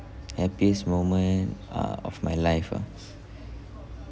happiest moment uh of my life ah